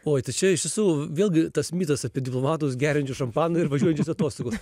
oi tai čia iš tiesų vėlgi tas mitas apie diplomatus geriančius šampaną ir važiuojančius atostogų